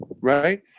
Right